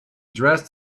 dressed